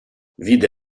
vide